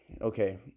okay